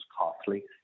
costly